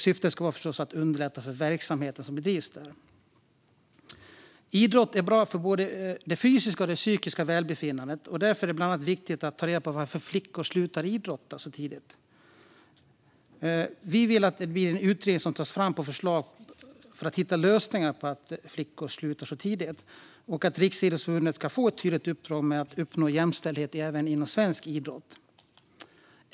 Syftet ska förstås vara att underlätta för verksamheten som bedrivs där. Idrott är bra för både det fysiska och det psykiska välbefinnandet. Därför är det bland annat viktigt att ta reda på varför flickor slutar idrotta så tidigt. Vi vill att det tillsätts en utredning som tar fram förslag till lösningar på att flickor slutar så tidigt samt att Riksidrottsförbundet får ett tydligt uppdrag att uppnå jämställdhet även inom svensk idrott.